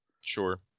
Sure